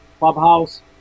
Clubhouse